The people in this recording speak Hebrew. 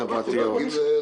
חברתיות.